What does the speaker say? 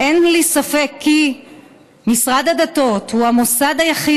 "אין לי ספק כי משרד הדתות הוא המוסד היחיד